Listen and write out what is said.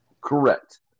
Correct